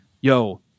yo